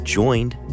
joined